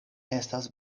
estas